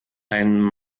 ein